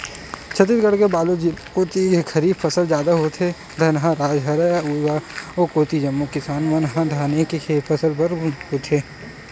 छत्तीसगढ़ के बलोद जिला कोती तो खरीफ फसल जादा होथे, धनहा राज हरय ओ कोती जम्मो किसान मन ह धाने के फसल बस लेथे